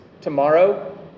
tomorrow